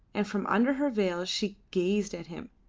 and from under her veil she gazed at him,